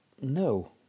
no